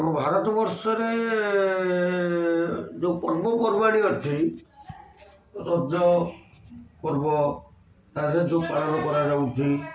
ଆମ ଭାରତବର୍ଷରେ ଯେଉଁ ପର୍ବପର୍ବାଣି ଅଛି ରଜ ପର୍ବ ତା ସହିତ ଯେଉଁ ପାଳନ କରାଯାଉଛି